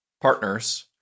partners